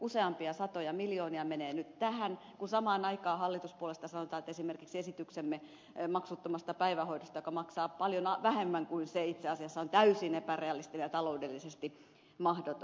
useampia satoja miljoonia menee nyt tähän kun samaan aikaan hallituspuolueista sanotaan että esimerkiksi esityksemme maksuttomasta päivähoidosta joka itse asiassa maksaa paljon vähemmän kuin se on täysin epärealistinen ja taloudellisesti mahdoton